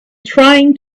trying